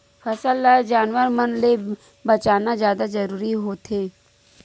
फसल ल जानवर मन ले बचाना जादा जरूरी होवथे